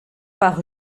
par